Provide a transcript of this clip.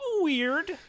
weird